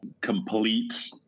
complete